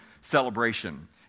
celebration